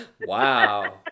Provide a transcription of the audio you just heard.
Wow